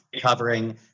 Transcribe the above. covering